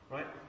Right